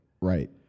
right